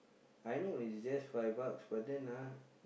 I know is just five bucks but then ah